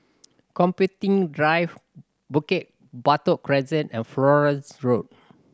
Computing Drive Bukit Batok Crescent and Florence Road